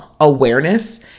awareness